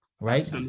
right